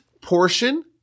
portion